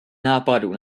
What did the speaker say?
nápadů